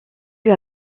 fut